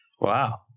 Wow